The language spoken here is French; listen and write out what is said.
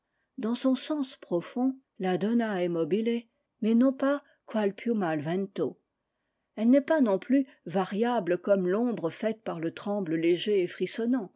dans son sens profond la donna e mobile mais non pas quai piùm'al vento elle n'est pas non plus variable comme l'ombre faite par letremble léger et frissonnant